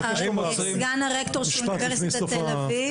סגן הרקטור של אונ' תל אביב.